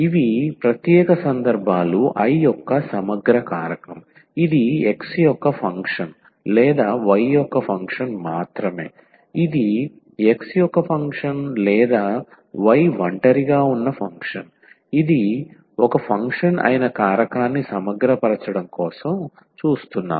ఇవి ప్రత్యేక సందర్భాలు I యొక్క సమగ్ర కారకం ఇది x యొక్క ఫంక్షన్ లేదా y యొక్క ఫంక్షన్ మాత్రమే ఇది x యొక్క ఫంక్షన్ లేదా y ఒంటరిగా ఉన్న ఫంక్షన్ ఇది ఒక ఫంక్షన్ అయిన కారకాన్ని సమగ్రపరచడం కోసం చూస్తున్నాం